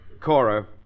Cora